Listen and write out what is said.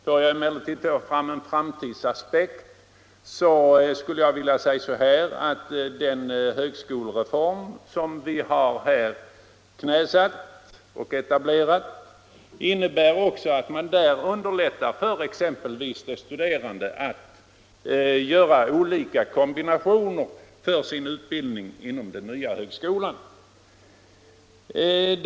Får jag emellertid anlägga en framtidsaspekt, så skulle jag vilja säga att den högskolereform som vi här har antagit och etablerat också innebär att man underlättar för de studerande att göra olika kombinationer för sin utbildning inom den nya högskolan.